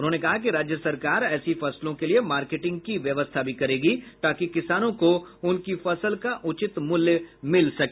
उन्होंने कहा कि राज्य सरकार ऐसी फसलों के लिए मार्केटिंग की व्यवस्था भी करेगी ताकि किसानों को उनकी फसल का उचित मूल्य मिल सके